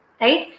Right